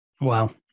Wow